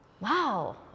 Wow